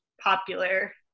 popular